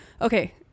Okay